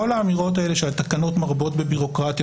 כל האמירות האלה שהתקנות מרבות בביורוקרטיה,